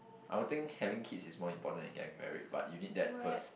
I will think having kids is more important than getting married but you need that first